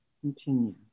continue